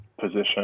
position